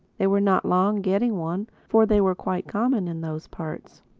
they were not long getting one, for they were quite common in those parts.